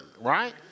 right